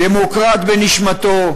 דמוקרט בנשמתו,